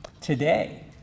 Today